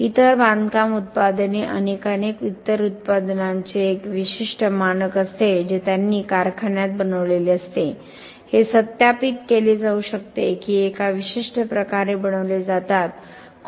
इतर बांधकाम उत्पादने अनेक अनेक इतर उत्पादनांचे एक विशिष्ट मानक असते जे त्यांनी कारखान्यात बनवलेले असते हे सत्यापित केले जाऊ शकते की ते एका विशिष्ट प्रकारे बनवले जातात